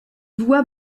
voit